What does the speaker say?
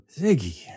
Ziggy